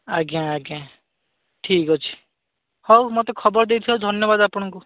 ଆଜ୍ଞା ଆଜ୍ଞା ଠିକ୍ ଅଛି ହଉ ମୋତେ ଖବର ଦେଇଥିବାରୁ ଧନ୍ୟବାଦ୍ ଆପଣଙ୍କୁ